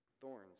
Thorns